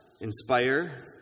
inspire